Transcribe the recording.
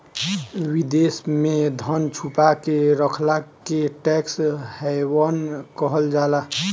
विदेश में धन छुपा के रखला के टैक्स हैवन कहल जाला